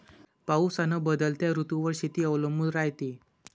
पाऊस अन बदलत्या ऋतूवर शेती अवलंबून रायते